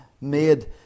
made